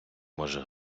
може